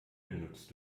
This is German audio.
benutzt